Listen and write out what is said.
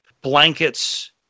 blankets